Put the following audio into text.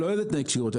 לא את תנאי הכשירות,